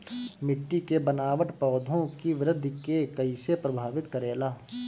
मिट्टी के बनावट पौधों की वृद्धि के कईसे प्रभावित करेला?